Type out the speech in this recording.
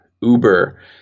Uber